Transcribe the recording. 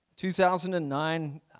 2009